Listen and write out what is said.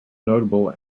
notable